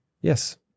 Yes